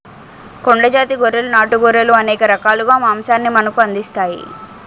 కొండ జాతి గొర్రెలు నాటు గొర్రెలు అనేక రకాలుగా మాంసాన్ని మనకు అందిస్తాయి